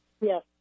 Yes